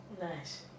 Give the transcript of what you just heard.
Nice